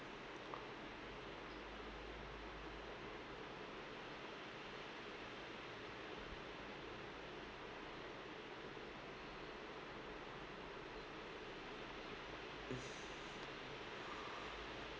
yes